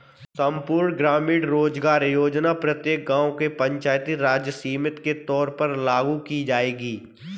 संपूर्ण ग्रामीण रोजगार योजना प्रत्येक गांव के पंचायती राज समिति के तौर पर लागू की जाएगी